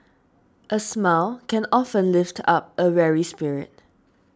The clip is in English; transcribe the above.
a smile can often lift up a weary spirit